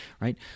right